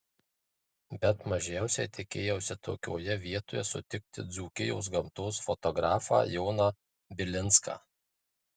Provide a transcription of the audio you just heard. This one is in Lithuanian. bet mažiausiai tikėjausi tokioje vietoje sutikti dzūkijos gamtos fotografą joną bilinską